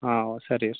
ಹಾಂ ಸರಿ